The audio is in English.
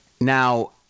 Now